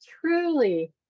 truly